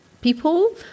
people